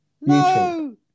no